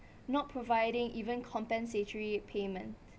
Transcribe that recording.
not providing even compensatory payment